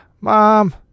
Mom